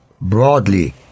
broadly